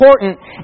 important